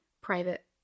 private